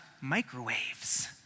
microwaves